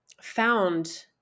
found